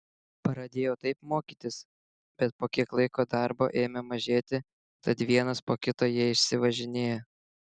pradėjau taip mokytis bet po kiek laiko darbo ėmė mažėti tad vienas po kito jie išsivažinėjo